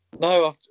No